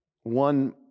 One